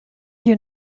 you